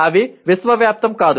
అవి విశ్వవ్యాప్తం కాదు